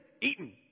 eaten